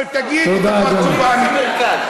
אבל תגיד את הפרצוף האמיתי.